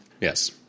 Yes